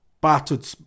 Battered